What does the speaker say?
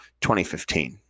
2015